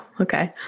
Okay